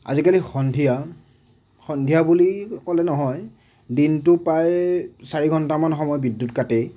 আজিকালি সন্ধিয়া সন্ধিয়া বুলি ক'লে নহয় দিনটো প্ৰায় চাৰি ঘণ্টামান সময় বিদ্যুৎ কাটেই